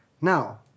Now